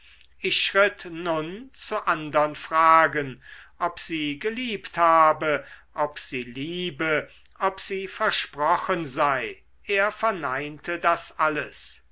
ich schritt nun zu andern fragen ob sie geliebt habe ob sie liebe ob sie versprochen sei er verneinte das alles